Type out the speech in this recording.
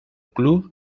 club